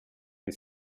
you